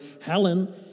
helen